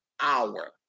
hour